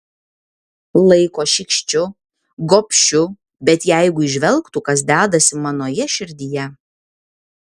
laiko šykščiu gobšiu bet jeigu įžvelgtų kas dedasi manoje širdyje